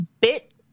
bit